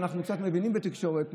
אנחנו קצת מבינים בתקשורת,